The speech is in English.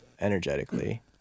energetically